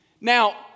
Now